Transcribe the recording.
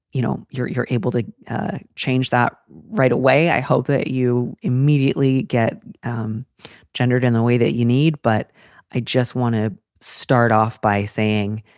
you know, you're you're able to change that right away. i hope that you immediately get um gendered in the way that you need. but i just want to start off by saying